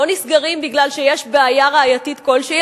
לא נסגרים כי יש בעיה ראייתית כלשהי,